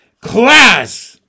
class